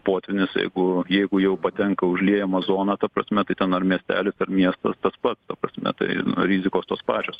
potvynis jeigu jeigu jau patenka į užliejamą zoną ta prasme tai ten ar miestelis ar miestas tas pats ta prasme tai rizikos tos pačios